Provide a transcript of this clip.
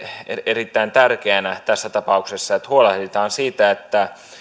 erittäin tärkeänä tässä tapauksessa että huolehditaan siitä että